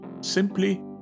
simply